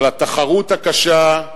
התחרות הקשה,